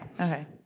okay